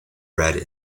red